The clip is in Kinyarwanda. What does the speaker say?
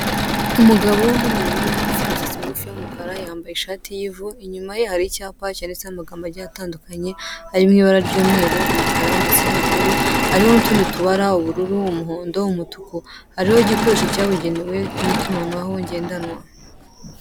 Umugabo w'imibiri yombi ufite imisatsi migufi y'umukara yambaye ishati inyuma ye hari icyapa cyenditseho amagambo atandukanye arimo ibara ry'umweru umukara ndetse n'ubururu hari n'utundi tubara ubururu, umuhondo, umutuku, hariho igikoresho cyabugenewe mu itumanaho ngendanwa.